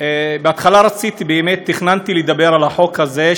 בהתחלה באמת תכננתי לדבר על החוק הזה,